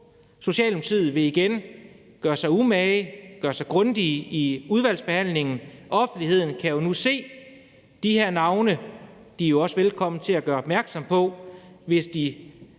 Socialdemokratiet vil igen gøre sig umage og gøre sig grundige i udvalgsbehandlingen. Offentligheden kan nu se de her navne, og de er jo også velkommen til at gøre opmærksom på det, hvis de